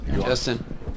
Justin